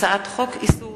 הצעת חוק איסור